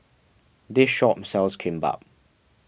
this shop sells Kimbap